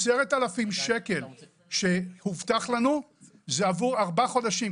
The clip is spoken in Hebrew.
הסכום שציינת הובטחו לנו עבור ארבעה חודשים,